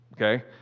okay